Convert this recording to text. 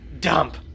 dump